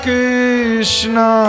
Krishna